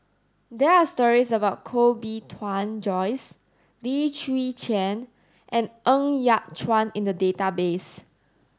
there are stories about Koh Bee Tuan Joyce Lim Chwee Chian and Ng Yat Chuan in the database